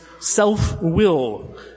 self-will